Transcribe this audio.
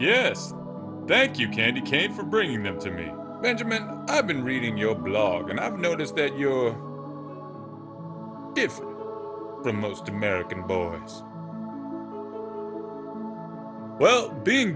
yes thank you candy cane for bringing them to me benjamin i've been reading your blog and i've noticed that you're the most american bowen's well being